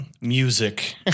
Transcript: Music